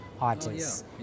artists